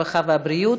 הרווחה והבריאות,